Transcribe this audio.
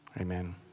Amen